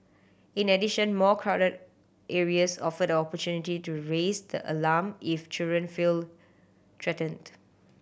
in addition more crowded areas offer an opportunity to raise the alarm if children feel threatened